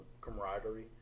camaraderie